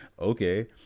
okay